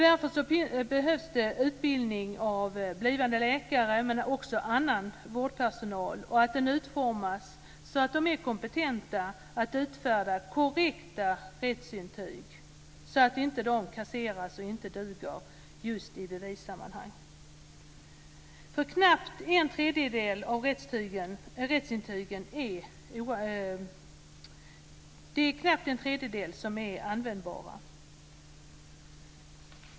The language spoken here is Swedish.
Därför behövs det utbildning av blivande läkare och annan vårdpersonal och den bör utformas så att de är kompetenta att utfärda korrekta rättsintyg så att dessa inte kan kasseras i bevissammanhang. Det är knappt en tredjedel av rättsintygen som är användbara.